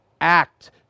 act